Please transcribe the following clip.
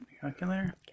Calculator